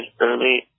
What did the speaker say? early